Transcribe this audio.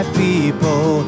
people